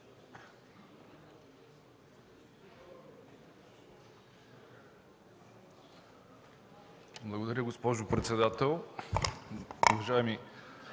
Благодаря, госпожо председател.